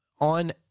on